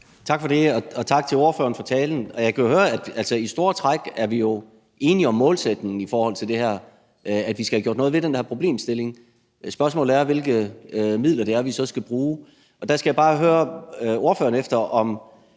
Tak for det, og tak til ordføreren for talen. Jeg kan høre, at vi jo i store træk er enige om målsætningen i forhold til det her, altså at vi skal have gjort noget ved den her problemstilling. Spørgsmålet er, hvilke midler det er, vi så skal bruge, og der skal jeg bare høre ordføreren efter, om